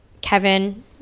Kevin